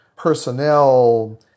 personnel